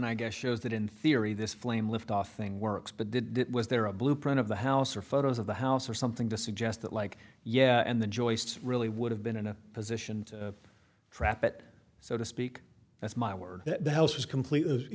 i guess shows that in theory this flame lift off thing works but did it was there a blueprint of the house or photos of the house or something to suggest that like yeah and the joists really would have been in a position to trap it so to speak that's my word that the house was completely as